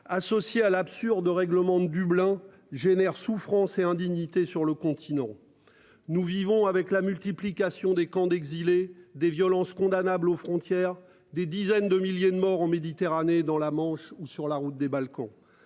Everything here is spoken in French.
associé à l'absurde au règlement de Dublin génère souffrance et indignité sur le continent. Nous vivons avec la multiplication des camps d'exilés des violences condamnable aux frontières des dizaines de milliers de morts en Méditerranée. Dans la Manche ou sur la route des Balkans.